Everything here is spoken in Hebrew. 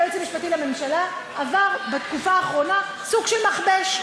היועץ המשפטי לממשלה עבר בתקופה האחרונה סוג של מכבש.